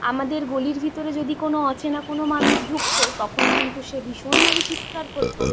আমাদের গলির ভিতরে যদি কোনো অচেনা কোনো মানুষ ঢুকতো তখন কিন্তু সে ভীষণভাবে চিৎকার করতো